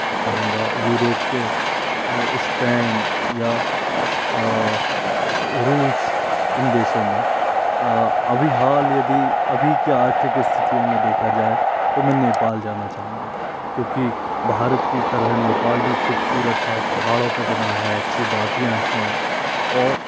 चाहूँगा यूरोप के इस्पेन या रूस इन देशों में अभी हाल यदि अभी की आर्थिक स्थितियों में देखा जाए तो मैं नेपाल जाना चाहूँगा क्योंकि भारत की तरह नेपाल भी खूबसूरत है पहाड़ों पे बना है अच्छी वादियाँ है और